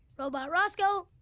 robot roscoe,